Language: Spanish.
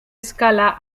escala